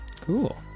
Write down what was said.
cool